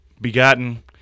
begotten